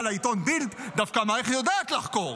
לעיתון בילד דווקא המערכת יודעת לחקור,